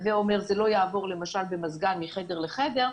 הווה אומר זה לא יעבור, למשל, במזגן מחדר לחדר,